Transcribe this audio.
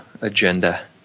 agenda